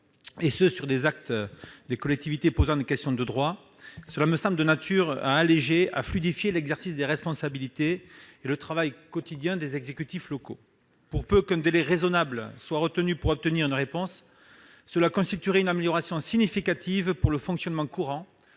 et ce pour des actes posant des questions de droit, me semble de nature à alléger, à fluidifier l'exercice des responsabilités et le travail quotidien des exécutifs locaux. Pour peu qu'un délai raisonnable soit retenu pour obtenir une réponse, cette procédure constituerait une amélioration significative pour le fonctionnement courant